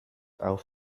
auf